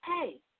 hey